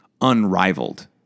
unrivaled